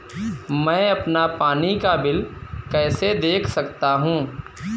मैं अपना पानी का बिल कैसे देख सकता हूँ?